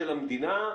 של המדינה,